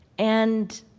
and,